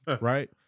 right